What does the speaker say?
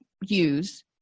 use